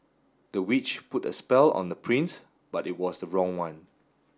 the witch put a spell on the prince but it was the wrong one